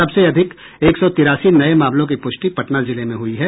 सबसे अधिक एक सौ तिरासी नये मामलों की पुष्टि पटना जिले में हुई है